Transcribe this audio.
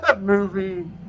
movie